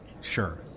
sure